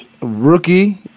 Rookie